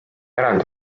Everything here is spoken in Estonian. eraldi